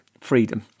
freedom